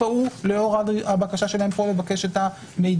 ההוא לאור הבקשה שלהם לקבל את המידע.